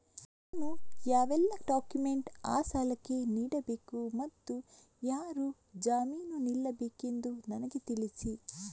ನಾನು ಯಾವೆಲ್ಲ ಡಾಕ್ಯುಮೆಂಟ್ ಆ ಸಾಲಕ್ಕೆ ನೀಡಬೇಕು ಮತ್ತು ಯಾರು ಜಾಮೀನು ನಿಲ್ಲಬೇಕೆಂದು ನನಗೆ ತಿಳಿಸಿ?